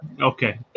okay